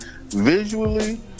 visually